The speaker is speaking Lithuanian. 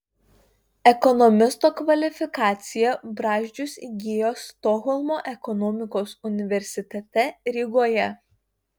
ekonomisto kvalifikaciją brazdžius įgijo stokholmo ekonomikos universitete rygoje